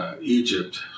Egypt